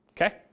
Okay